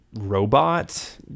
Robot